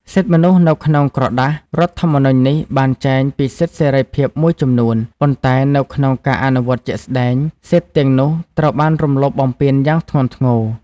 សិទ្ធិមនុស្សនៅក្នុងក្រដាស រដ្ឋធម្មនុញ្ញនេះបានចែងពីសិទ្ធិសេរីភាពមួយចំនួន ប៉ុន្តែនៅក្នុងការអនុវត្តជាក់ស្ដែង សិទ្ធិទាំងនោះត្រូវបាន រំលោភបំពានយ៉ាងធ្ងន់ធ្ងរ។